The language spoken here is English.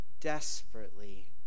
desperately